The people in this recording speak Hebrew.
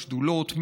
בשדולות.